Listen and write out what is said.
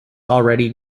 already